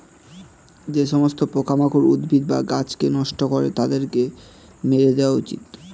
যে সমস্ত পোকামাকড় উদ্ভিদ বা গাছকে নষ্ট করে তাদেরকে মেরে দেওয়া উচিত